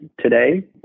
today